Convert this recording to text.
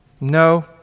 No